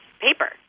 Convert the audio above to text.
paper